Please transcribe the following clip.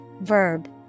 verb